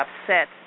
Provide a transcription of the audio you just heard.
upset